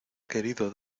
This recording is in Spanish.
querido